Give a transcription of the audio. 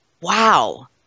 wow